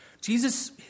Jesus